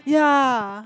yeah